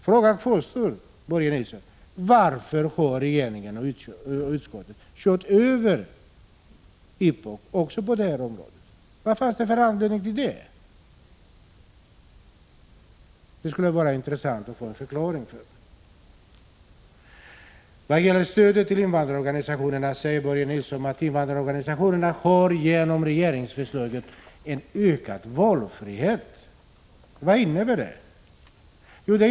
Frågan kvarstår, Börje Nilsson: Varför har regeringen och utskottet kört över IPOK också på det här området? Vad fanns det för anledning till det? Det skulle vara intressant att få en förklaring på den punkten. När det gäller stödet till invandrarorganisationerna säger Börje Nilsson att dessa, om regeringsförslaget genomförs, får en ökad valfrihet. Och vad innebär det förslaget?